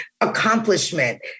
accomplishment